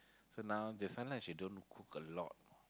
so now that's why lah she don't cook a lot